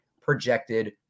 projected